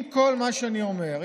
עם כל מה שאני אומר,